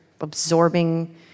absorbing